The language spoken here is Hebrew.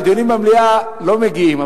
ודיונים במליאה לא מגיעים.